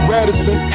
Radisson